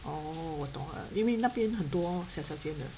orh 我懂了因为那边很多小小间的